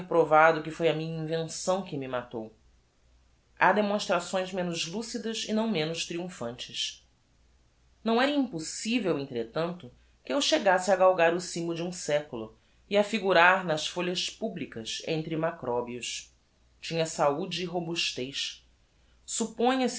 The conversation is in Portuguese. que foi a minha invenção que me matou ha demonstrações menos lúcidas e não menos triumphantes não era impossivel entretanto que eu chegasse a galgar o cimo de um seculo e a figurar nas folhas publicas entre macrobios tinha saude e robustez